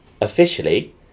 officially